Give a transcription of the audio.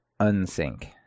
Unsync